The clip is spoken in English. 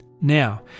Now